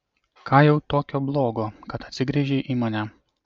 ką jau tokio blogo kad atsigręžei į mane